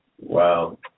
Wow